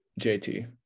JT